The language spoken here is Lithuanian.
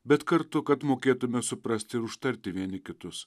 bet kartu kad mokėtume suprasti ir užtarti vieni kitus